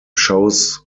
shows